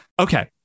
Okay